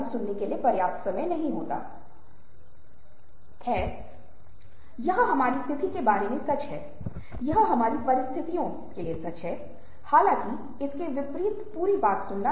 और दर्पण न्यूरॉन्स तब सक्रिय हो जाते हैं जब हम दूसरों के द्वारा होने वाली चीजों को देखते हैं और ये इस तरह से सक्रिय होते हैं कि हम उन व्यवहारों की नकल करते हैं